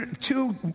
two